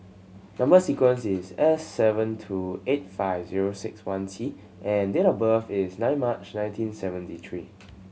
number sequence is S seven two eight five zero six one T and date of birth is nine March nineteen seventy three